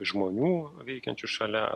žmonių veikiančių šalia